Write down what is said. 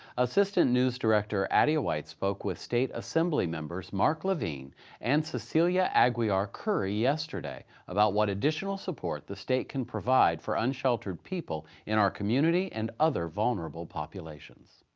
assistant news director addia white spoke with state assembly members marc levine and cecilia aguiar-curry yesterday about what additional support the state can provide for unsheltered people in our community and other vulnerable populations.